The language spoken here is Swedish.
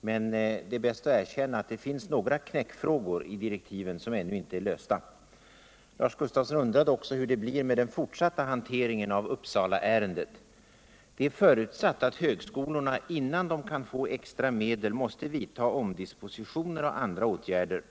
Men det är bäst att erkänna att det finns några knäckfrågor i direktiven som ännu inte är lösta. Lars Gustafsson undrade också hur det blir med den fortsatta hanteringen av Uppsalaärendet. Det är förutsatt att högskolorna innan de kan få extra medel måste vidta omdispositioner och andra åtgärder.